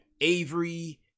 Avery